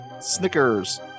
Snickers